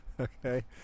okay